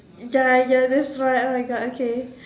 ya ya that's why on oh my god okay